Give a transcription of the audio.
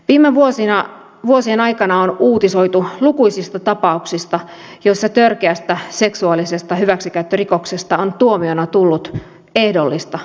viime vuosien aikana on uutisoitu lukuisista tapauksista joissa törkeästä seksuaalisesta hyväksikäyttörikoksesta on tuomiona tullut ehdollista vankeutta